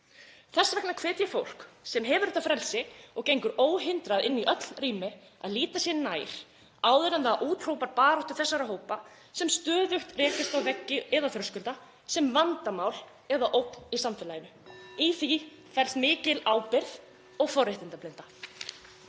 Þess vegna hvet ég fólk sem hefur þetta frelsi og gengur óhindrað inn í öll rými að líta sér nær áður en það úthrópar baráttu þessara hópa, sem stöðugt rekast á veggi eða þröskulda, sem vandamál eða ógn í samfélaginu. Í því felst mikil ábyrgð og forréttindablinda.